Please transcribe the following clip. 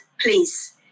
please